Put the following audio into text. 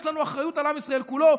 יש לנו אחריות לעם ישראל כולו.